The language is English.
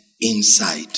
inside